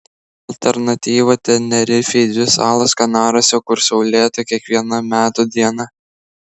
alternatyva tenerifei dvi salos kanaruose kur saulėta kiekviena metų diena